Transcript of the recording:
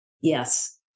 Yes